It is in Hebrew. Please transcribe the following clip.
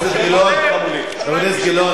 תגיד עוד פעם את השקר הזה.